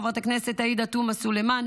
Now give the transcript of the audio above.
חברת הכנסת עאידה תומא סלימאן,